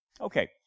Okay